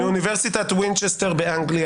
אני